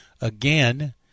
again